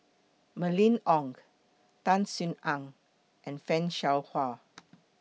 Mylene Ong Tan Sin Aun and fan Shao Hua